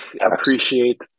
appreciate